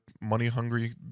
money-hungry